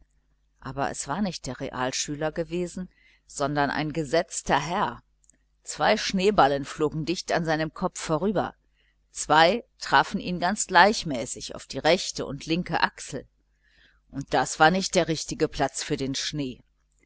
aber es war nicht der realschüler gewesen sondern ein gesetzter herr zwei schneeballen flogen dicht an seinem kopf vorüber zwei trafen ihn ganz gleichmäßig auf die rechte und linke achsel und das war nicht der richtige platz für den schnee